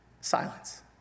Silence